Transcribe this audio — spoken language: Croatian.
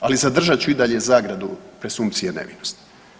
Ali zadržat ću i dalje zagradu presumpcije nevinosti.